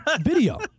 video